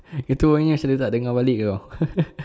itu nasib baik dia tak dengar balik [tau]